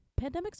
pandemics